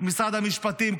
משרד המשפטים,